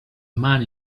man